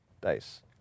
dice